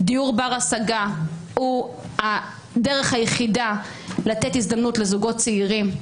דיור בר השגה הוא הדרך היחידה לתת הזדמנות לזוגות צעירים,